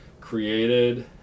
created